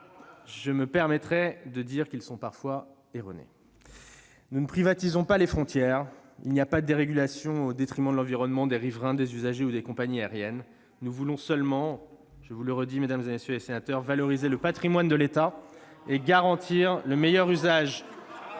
je me permettrai de dire qu'ils sont parfois erronés. Nous ne privatisons pas les frontières, il n'y a pas de dérégulation au détriment de l'environnement, des riverains, des usagers ou des compagnies aériennes. Nous voulons seulement- je vous le redis, mesdames, messieurs les sénateurs -valoriser le patrimoine de l'État ... Vous le bradez